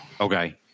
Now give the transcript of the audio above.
Okay